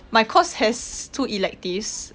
my course has two electives